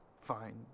fine